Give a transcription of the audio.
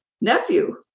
nephew